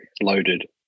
loaded